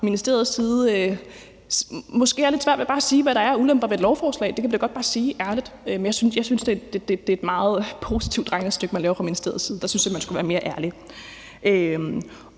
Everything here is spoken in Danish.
ministeriets side måske har lidt svært ved bare sige, hvad der er af ulemper ved et lovforslag. Det kan man da godt bare sige ærligt. Men jeg synes, det er et meget positivt regnestykke, man laver fra ministeriets side. Der synes jeg man skulle være mere ærlig.